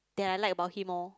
that I like about him lor